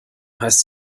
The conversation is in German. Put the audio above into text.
heißt